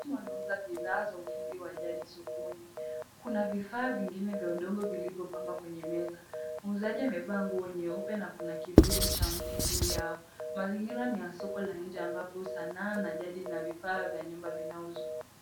Mtu anauza bidhaa za ufundi wa jadi sokoni, kuna vifaa vingine vya udongo vilivyopangwa kwenye meza, muuzaji amevaa nguo nyeupe na kuna kivuli cha mti juu yao, mazingira ni ya soko la nje ambapo sanaa za jadi na vifaa vya nyumba vinauzwa.